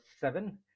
seven